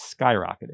skyrocketed